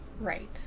Right